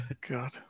God